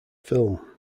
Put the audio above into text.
film